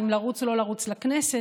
אם לרוץ או לא לרוץ לכנסת,